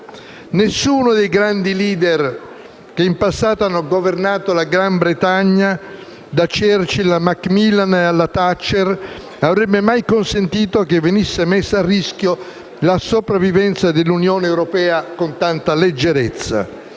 Nessuno dei grandi *leader* che in passato hanno governato il Regno Unito, da Churchill a Macmillan e alla Thatcher, avrebbe mai consentito che venisse messa a rischio la sopravvivenza dell'Unione europea con tanta leggerezza.